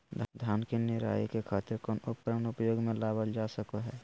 धान के निराई के खातिर कौन उपकरण उपयोग मे लावल जा सको हय?